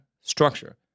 structure